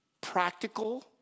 practical